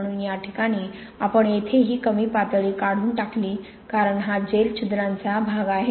म्हणून या ठिकाणी आपण येथे हे कमी पातळी काढून टाकली कारण हा जेल छिद्रांचा भाग आहे